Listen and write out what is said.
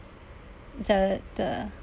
the the